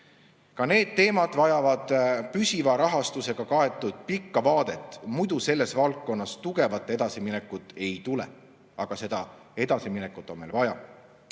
Ka need teemad vajavad püsiva rahastusega kaetud pikka vaadet, muidu selles valdkonnas tugevat edasiminekut ei tule. Aga seda edasiminekut on meil vaja.